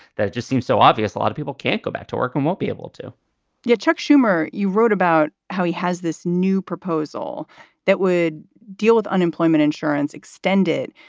that just seems so obvious. a lot of people can't go back to work and won't be able to yeah chuck schumer, you wrote about how he has this new proposal that would deal with unemployment insurance extended,